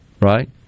right